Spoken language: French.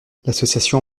l’association